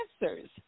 answers